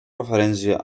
referència